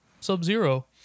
Sub-Zero